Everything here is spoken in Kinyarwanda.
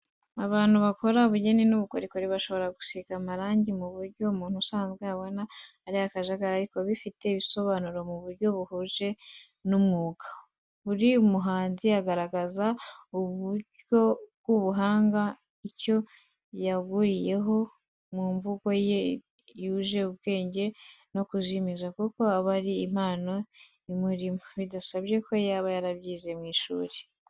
Abantu bakora ubugeni n'ubukorikori bashobora gusiga amarangi mu buryo umuntu usanzwe abona ari akajagari, ariko bufite ibisobanuro mu buryo buhuje n'umwuga. Buri muhanzi agaragaza mu buryo bw'ubuhanga icyo yarenguriyeho, mu mvugo ye yuje ubwenge no kuzimiza kuko aba ari impano imurimo, bidasabye ko aba yarabyize mu ishuri.